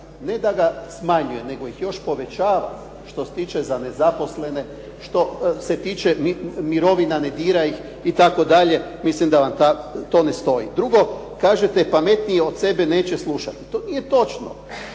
ne da ga smanjuje nego ih još povećava. Što se tiče za nezaposlene, što se tiče mirovina ne dira ih itd. mislim da vam to ne stoji. Drugo, kažete pametnije od sebe neće slušati. To nije točno.